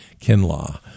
Kinlaw